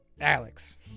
Alex